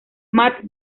matt